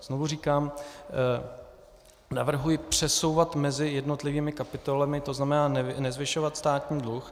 Znovu říkám, že navrhuji přesouvat mezi jednotlivými kapitolami, to znamená nezvyšovat státní dluh.